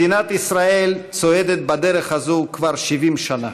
מדינת ישראל צועדת בדרך הזאת כבר 70 שנים.